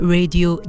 Radio